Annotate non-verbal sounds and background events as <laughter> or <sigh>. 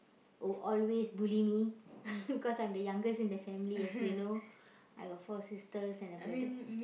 who always bully me <laughs> because I'm the youngest in the family as you know I got four sisters and a brother